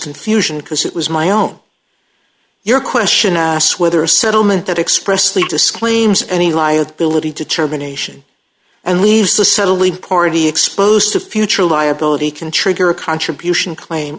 confusion because it was my own your question asks whether a settlement that expressly disclaims any liability determination and leaves the subtly portie exposed to future liability can trigger a contribution claim